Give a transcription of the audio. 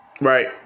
right